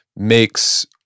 makes